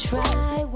Try